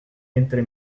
ante